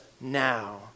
now